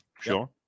Sure